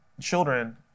children